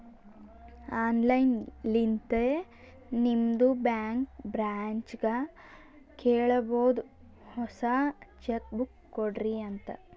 online ಲಿಂತೆ ನಿಮ್ದು bank ಬ್ರ್ಯಾಂಚ್ಗ ಕೇಳಬೋದು ಹೊಸಾ ಚೆಕ್ ಬುಕ್ ಕೊಡ್ರಿ ಅಂತ್